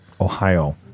Ohio—